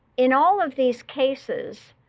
in all of these cases,